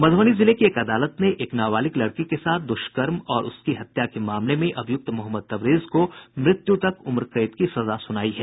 मधुबनी जिले की एक अदालत ने एक नाबालिग लड़की के साथ दुष्कर्म और उसकी हत्या के मामले में अभियुक्त मोहम्मद तबरेज को मृत्यु तक उम्रकैद की सजा सुनायी है